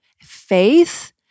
faith